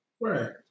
Right